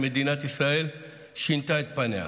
מדינת ישראל שינתה את פניה.